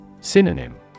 Synonym